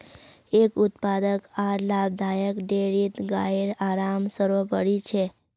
एक उत्पादक आर लाभदायक डेयरीत गाइर आराम सर्वोपरि छ